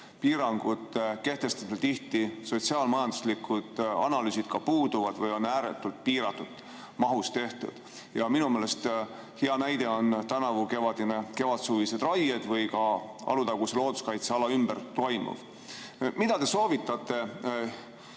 Piirangute kehtestamisel sotsiaal-majanduslikud analüüsid tihti puuduvad või on ääretult piiratud mahus tehtud. Minu meelest hea näide on tänavused kevadsuvised raied või ka Alutaguse looduskaitseala ümber toimuv. Mida te soovitate